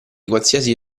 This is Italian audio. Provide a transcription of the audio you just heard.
qualsiasi